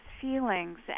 feelings